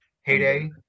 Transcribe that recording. heyday